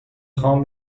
خوام